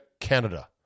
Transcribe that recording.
Canada